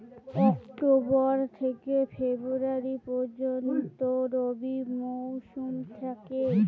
October থেকে February পর্যন্ত রবি মৌসুম থাকে